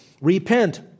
Repent